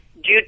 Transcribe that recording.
due